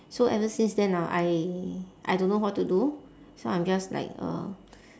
so ever since then ah I I don't know what to do so I'm just like uh